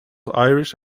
irish